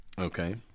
Okay